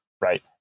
right